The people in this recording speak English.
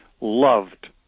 loved